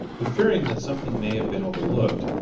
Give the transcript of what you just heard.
but fearing that something may have been overlooked,